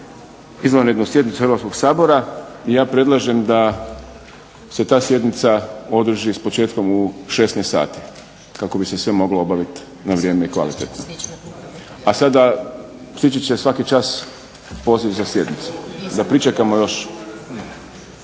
izvanrednu sjednicu Hrvatskog sabora. I ja predlažem da se ta sjednica održi s početkom u 16,00 sati kako bi se sve moglo obaviti na vrijeme i kvalitetno. A sada stići će svaki čas poziv za sjednicu. Da pričekamo još?